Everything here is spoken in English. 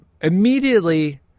Immediately